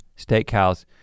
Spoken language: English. Steakhouse